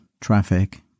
traffic